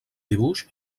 dibuix